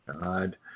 God